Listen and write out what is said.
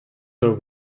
your